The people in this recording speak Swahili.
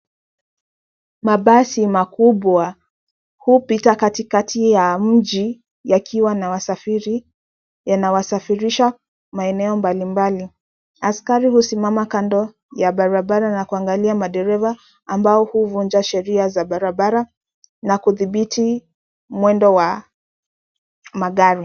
Mabasi makubwa hupita katikati ya mji yakiwa na wasafiri yanawasafirisha maeneo mbalimbali. Askari husimama kando ya barabara na kuangalia madereva ambao huvunja sheria za barabara na kudhibiti mwendo wa magari.